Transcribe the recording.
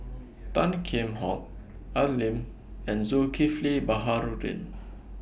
Tan Kheam Hock Al Lim and Zulkifli Baharudin